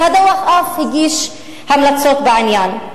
והדוח אף הגיש המלצות בעניין.